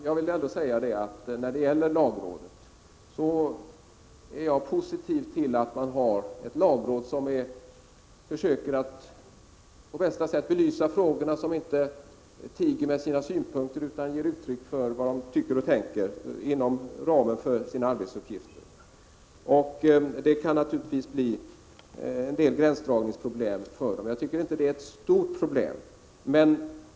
Jag är ändå positiv till att man har ett lagråd, som på bästa sätt försöka belysa frågorna och som inte tiger med sina synpunkter utan ger uttryck för vad man tycker och tänker inom ramen för sina arbetsuppgifter. Det kan naturligtvis bli en del gränsdragningsproblem för lagrådet, men jag tycker inte det är ett stort problem.